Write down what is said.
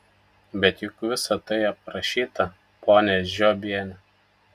bet juk visa tai aprašyta ponia žiobiene